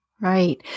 Right